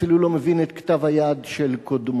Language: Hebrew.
אפילו לא מבין את כתב-היד של קודמו,